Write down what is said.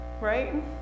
right